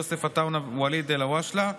יוסף עטאונה וואליד אלהושאלה בנושא: